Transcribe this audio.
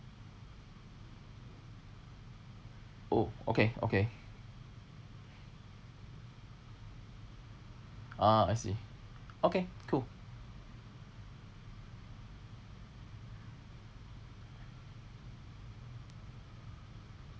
oh okay okay ah I see okay cool